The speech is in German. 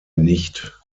nicht